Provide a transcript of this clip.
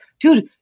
dude